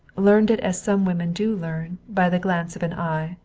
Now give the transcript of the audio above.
learned it as some women do learn, by the glance of an eye,